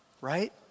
right